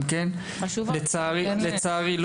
לצערי,